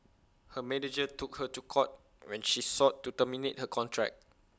her manager took her to court when she sought to terminate her contract